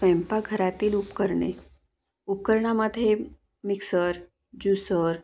स्वयंपाक घरातील उपकरणे उपकरणामध्ये मिक्सर ज्युसर